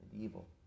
Evil